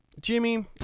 Jimmy